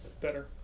better